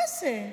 מה זה?